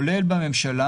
כולל בממשלה,